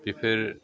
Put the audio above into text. बेफोर